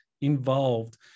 involved